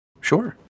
sure